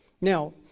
Now